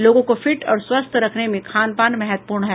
लोगों को फिट और स्वस्थ रखने में खानपान महत्वपूर्ण है